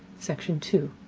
section two.